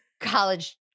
college